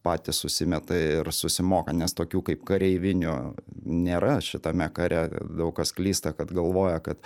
patys susimeta ir susimoka nes tokių kaip kareivinių nėra šitame kare daug kas klysta kad galvoja kad